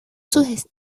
sus